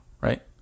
right